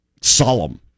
solemn